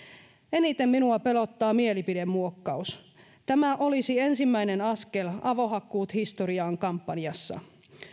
eniten minua pelottaa mielipidemuokkaus tämä olisi ensimmäinen askel avohakkuut historiaan kampanjassa